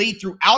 throughout